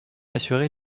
assurer